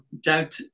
doubt